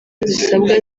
zisabwa